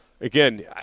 again